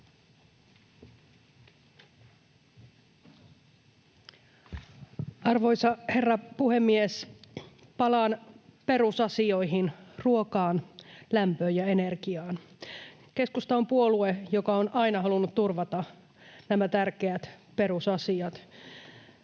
Arvoisa herra puhemies! Palaan perusasioihin, ruokaan, lämpöön ja energiaan. Keskusta on puolue, joka on aina halunnut turvata nämä tärkeät perusasiat